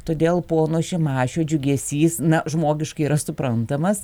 todėl pono šimašių džiugesys na žmogiškai yra suprantamas